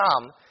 come